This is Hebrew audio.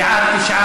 בעד, 9,